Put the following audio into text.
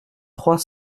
trois